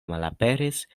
malaperis